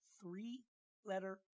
three-letter